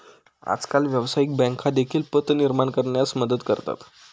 आजकाल व्यवसायिक बँका देखील पत निर्माण करण्यास मदत करतात